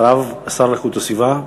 אחריו, השר להגנת הסביבה,